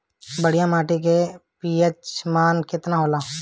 बढ़िया माटी के पी.एच मान केतना होला?